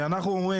אנחנו אומרים,